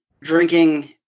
drinking